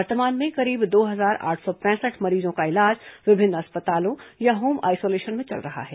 वर्तमान में करीब दो हजार आठ सौ पैंसठ मरीजों का इलाज विभिन्न अस्पतालों या होम आइसोलेशन में चल रहा है